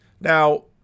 Now